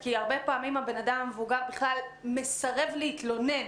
כי הרבה פעמים בן אדם מבוגר מסרב להתלונן,